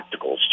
practicals